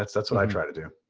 that's what i try to do.